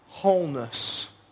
wholeness